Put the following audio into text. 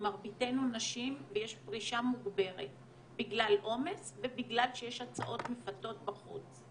מרביתנו נשים ויש פרישה מוגברת בגלל עומס ובגלל שיש הצעות מפתות בחוץ.